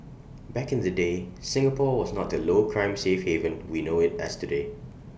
back in the day Singapore was not the low crime safe haven we know IT as today